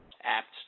apt